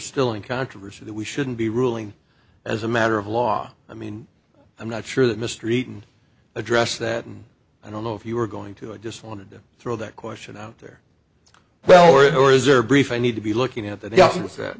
still in controversy that we shouldn't be ruling as a matter of law i mean i'm not sure that mr eaton address that and i don't know if you were going to i just wanted to throw that question out there well were is there brief i need to be looking at the deal with that